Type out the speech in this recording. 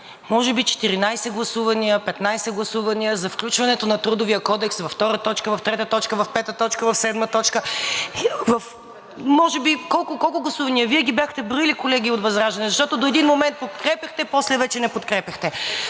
може би 14 гласувания,15 гласувания за включването на Трудовия кодекс във втора точка, в трета точка, в пета точка, в седма точка може би, колко, колко гласувания? Вие ги бяхте броили, колеги от ВЪЗРАЖДАНЕ, защото до един момент подкрепяхте, после вече не подкрепяхте.